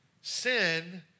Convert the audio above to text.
sin